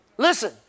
Listen